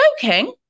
joking